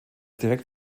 direkt